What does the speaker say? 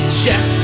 check